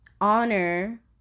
honor